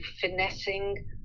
finessing